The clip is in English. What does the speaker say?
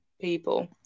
people